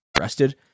Arrested